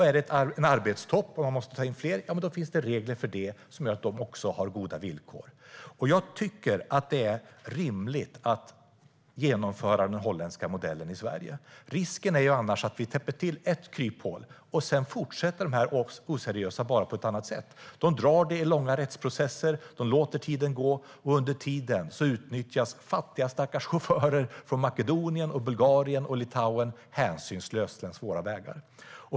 Är det en arbetstopp och man måste ta in fler finns det regler för det så att de också har goda villkor. Det är rimligt att genomföra den holländska modellen i Sverige. Risken är annars att vi täpper till ett kryphål, och sedan fortsätter de oseriösa företagen bara på ett annat sätt. De drar det i långa rättsprocesser och låter tiden gå. Under tiden utnyttjas fattiga stackars chaufförer från Makedonien, Bulgarien och Litauen hänsynslöst längs våra vägar.